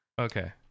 Okay